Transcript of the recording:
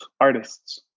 artists